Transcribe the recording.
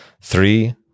Three